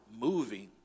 moving